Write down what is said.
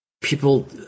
people